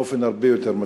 באופן הרבה יותר משמעותי.